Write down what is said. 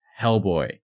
Hellboy